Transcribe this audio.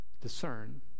discern